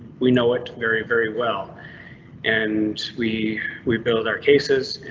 we know it very very well and we we build. our case is